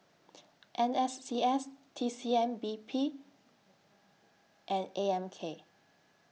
N S C S T C M P B and A M K